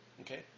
okay